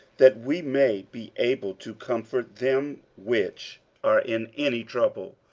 that we may be able to comfort them which are in any trouble,